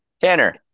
Tanner